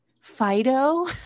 Fido